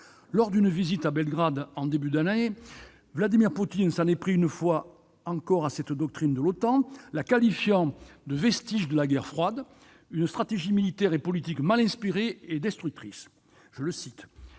Lors d'une visite à Belgrade au début de l'année, Vladimir Poutine s'en est pris une nouvelle fois à cette doctrine de l'OTAN, la qualifiant de « vestige de la guerre froide » et de « stratégie militaire et politique mal inspirée et destructrice », qui